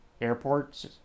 airports